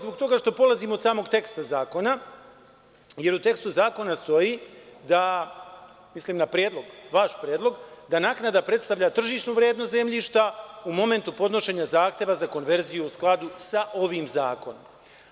Zbog toga što polazim od samog teksta zakona, jer u tekstu zakona stoji, mislim na vaš predlog, da naknada predstavlja tržišnu vrednost zemljišta u momentu podnošenja zahteva za konverziju, u skladu sa ovim zakonom.